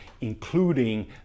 including